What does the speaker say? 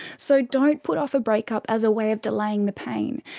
so don't put off a breakup as a way of delaying the pain.